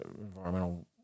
environmental